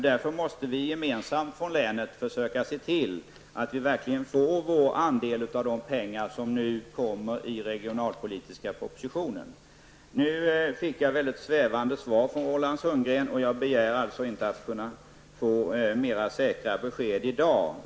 Därför måste vi gemensamt från länet försöka se till att vi verkligen får vår andel av de pengar som nu föreslås i den regionalpolitiska propositionen. Jag fick mycket svävande svar från Roland Sundgren. Men jag begär alltså inte att få mer säkra besked i dag.